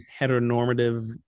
heteronormative